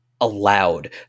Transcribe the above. allowed